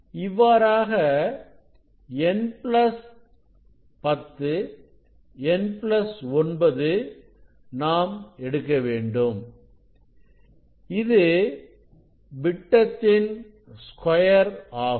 இவ்வாறாக n plus ten n plus 9 நாம் எடுக்க வேண்டும் இது விட்டத்தின் ஸ்கொயர் ஆகும்